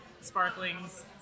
sparklings